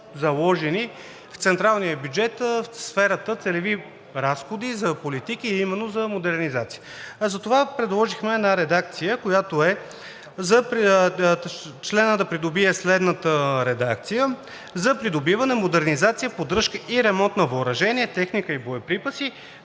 заложени в централния бюджет в сферата „Целеви разходи за политики“, а именно за модернизация. Затова предложихме членът да придобие следната редакция – „за придобиване, модернизация, поддръжка и ремонт на въоръжение, техника и боеприпаси,